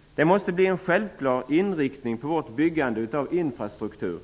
resalternativ måste bli en självklar inriktning på vårt byggande av infrastruktur.